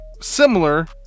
similar